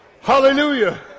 hallelujah